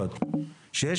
הוסרה מסדר היום.